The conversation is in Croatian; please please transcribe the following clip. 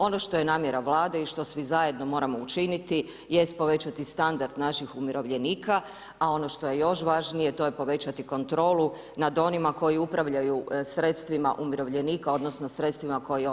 Ono što je namjera Vlade i što svi zajedno moramo učiniti jest povećati standard naših umirovljenika a ono što je još važnije to je povećati kontrolu nad onima koji upravljaju sredstvima umirovljenika, odnosno sredstvima koje oni izdvajaju.